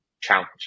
challenge